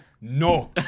No